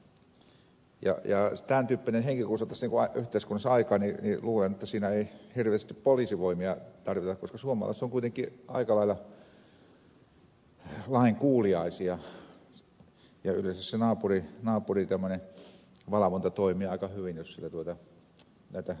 tämän tyyppinen henki kun saataisiin yhteiskunnassa aikaan niin luulen että siinä ei hirveästi poliisivoimia tarvita koska suomalaiset ovat kuitenkin aika lailla lainkuuliaisia ja yleensä se naapurivalvonta toimii aika hyvin jos näitä rikkomuksia tapahtuu